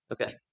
Okay